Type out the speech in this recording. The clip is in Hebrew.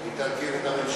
היא תרכיב את הממשלה.